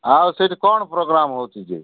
ଆଉ ସେଇଠି କ'ଣ ପ୍ରୋଗ୍ରାମ୍ ହେଉଛି ଯେ